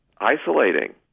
isolating